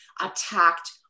attacked